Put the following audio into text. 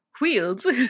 Wheels